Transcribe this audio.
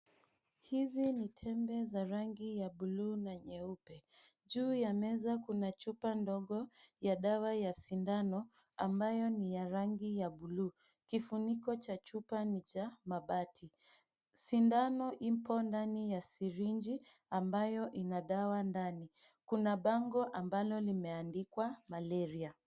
Hizi ni tembe za rangi ya bluu na nyeupe. Juu ya meza kuna chupa ndogo ya dawa ya sindano ambayo ni ya rangi ya bluu. Kifuniko cha chupa ni cha mabati. Sindano ipo ndani ya sirinji ambayo ina dawa ndani. Kuna bango ambalo limeandikwa malaria.